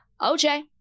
OJ